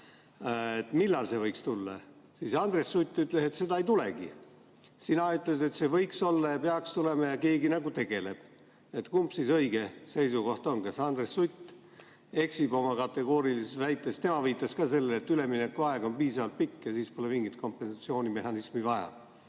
millal see võiks tulla? Andres Sutt ütles, et seda ei tulegi. Sina ütled, et see võiks olla ja peaks tulema ja keegi nagu tegeleb sellega. Kumb siis õige seisukoht on? Kas Andres Sutt eksib oma kategoorilises väites? Tema viitas ka sellele, et üleminekuaeg on piisavalt pikk ja siis pole mingit kompensatsioonimehhanismi vaja.